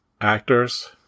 actors